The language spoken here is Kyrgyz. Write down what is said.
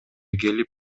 келип